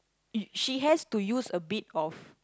it she has to use a bit of